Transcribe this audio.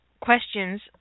questions